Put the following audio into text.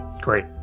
Great